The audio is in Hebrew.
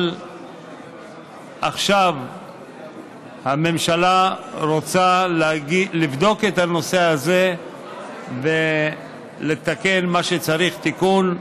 אבל עכשיו הממשלה רוצה לבדוק את הנושא הזה ולתקן מה שצריך תיקון.